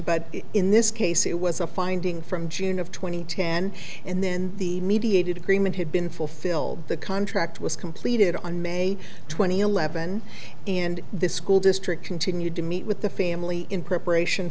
but in this case it was a finding from june of two thousand and ten and then the mediated agreement had been fulfilled the contract was completed on may twentieth eleven and the school district continued to meet with the family in preparation